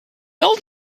old